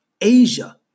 Asia